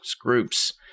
groups